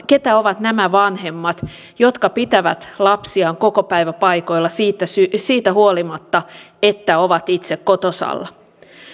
keitä ovat nämä vanhemmat jotka pitävät lapsiaan kokopäiväpaikoilla siitä huolimatta että ovat itse kotosalla